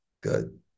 Good